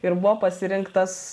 ir buvo pasirinktas